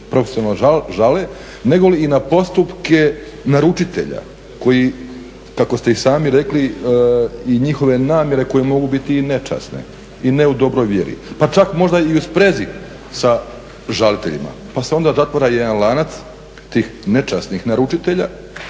profesionalno žale, nego li i na postupke naručitelja koji, tako ste i sami rekli, i njihove namjere koje mogu biti i nečasne i ne u dobroj vjeri pa čak možda i u sprezi sa žaliteljima pa se onda zatvara jedan lanac tih nečasnih naručitelja